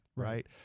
Right